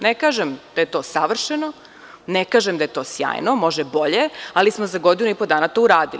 Ne kažem da je to savršeno, ne kažem da je to sjajno, može bolje, ali smo za godinu i po dana to uradili.